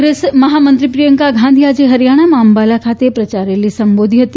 Congress મહામંત્રી પ્રિયંકા ગાંધીએ આજે હરિયાણામાં અંબાલા ખાતે પ્રચાર રેલી સંબોધી હતી